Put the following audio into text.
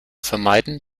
vermeiden